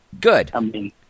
Good